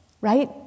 right